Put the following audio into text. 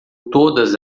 todas